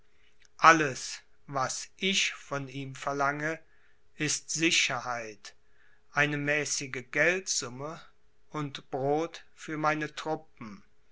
alles was ich von ihm verlange ist sicherheit eine mäßige geldsumme und brod für meine truppen